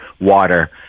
water